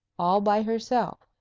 all by herself,